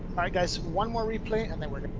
i guess one one replay and